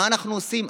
מה אנחנו עושים?